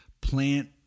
plant